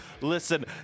listen